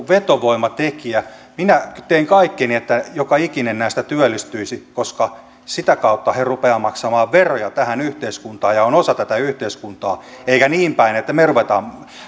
vetovoimatekijä minä teen kaikkeni että joka ikinen näistä työllistyisi koska sitä kautta he rupeavat maksamaan veroja tähän yhteiskuntaan ja ovat osa tätä yhteiskuntaa eikä niin päin että me rupeamme